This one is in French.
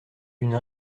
une